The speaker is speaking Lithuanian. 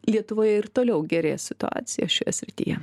lietuvoje ir toliau gerės situacija šioje srityje